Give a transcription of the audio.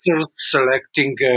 selecting